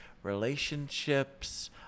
relationships